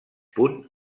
punt